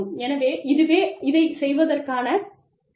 எனவே இதுவே இதை செய்வதற்கான மற்றொரு வழி ஆகும்